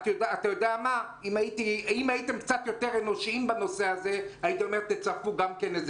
אם הייתם קצת יותר אנושיים בנושא הזה הייתי אומר שתצרפו איזו